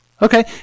Okay